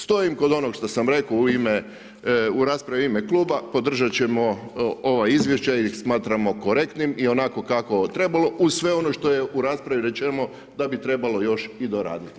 Stojim kod onog što sam rekao u raspravi u ime kluba, podržat ćemo ova izvješća jer ih smatramo korektnim i onako kako je trebalo uz sve ono što je u raspravi rečeno da bi trebalo još i doraditi.